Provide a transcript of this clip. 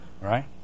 Right